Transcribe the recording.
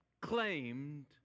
claimed